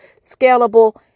scalable